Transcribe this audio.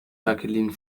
jacqueline